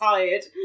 Tired